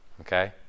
Okay